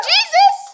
Jesus